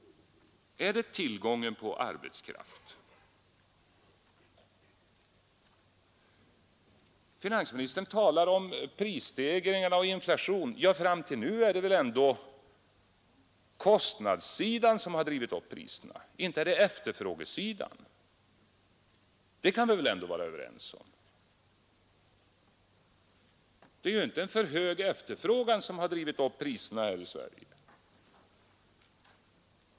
Är det tillgången på arbetskraft? Finansministern talar om prisstegringar och inflation. Fram till nu är det ju kostnadssidan som drivit upp priserna, inte efterfrågesidan. Det kan vi väl ändå vara överens om. Det är inte en för hög efterfrågan som drivit upp priserna här i Sverige.